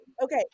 Okay